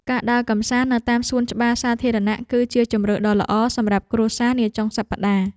ការដើរកម្សាន្តនៅតាមសួនច្បារសាធារណៈ គឺជាជម្រើសដ៏ល្អសម្រាប់គ្រួសារនាចុងសប្តាហ៍។